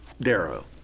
Darrow